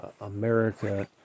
America